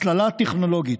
הסללה טכנולוגית,